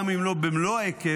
גם אם לא במלוא ההיקף,